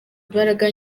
imbaraga